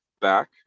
back